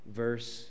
verse